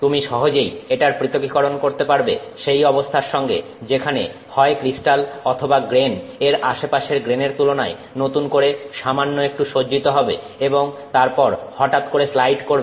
তুমি সহজেই এটার পৃথকীকরণ করতে পারবে সেই অবস্থার সঙ্গে যেখানে হয় ক্রিস্টাল অথবা গ্রেন এর আশেপাশের গ্রেনের তুলনায় নতুন করে সামান্য একটু সজ্জিত হবে এবং তারপর হঠাৎ করে স্লাইড করবে